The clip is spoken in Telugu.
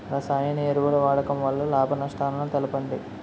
రసాయన ఎరువుల వాడకం వల్ల లాభ నష్టాలను తెలపండి?